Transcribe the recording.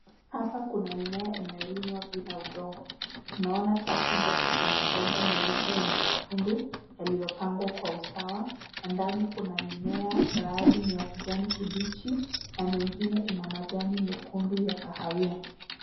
Hapa kuna mimea inayolimwa bila udongo. Tunaona safu ndefu za mabomba meupe yenye matundu yaliyopangwa kwa usawa na ndani kuna mimea baadhi ni ya kijani kibichi na mingine ina majani mekundu ya kahawia.